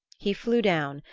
he flew down,